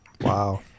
Wow